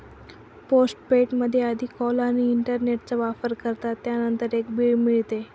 postpaid मध्ये आधी call आणि इंटरनेटचा वापर करतात, त्यानंतर एक बिल मिळते